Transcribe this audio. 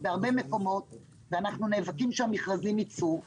בהרבה מקומות ואנחנו נאבקים שהמכרזים יצאו.